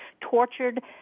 tortured